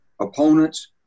opponents